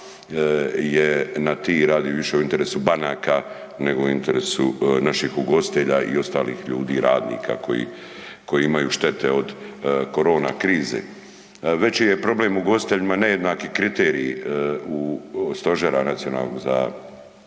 je na ti, radi više u interesu banaka nego u interesu naših ugostitelja i ostalih ljudi i radnika koji, koji imaju štete od korona krize. Veći je problem ugostiteljima nejednaki kriteriji u stožera nacionalnog za,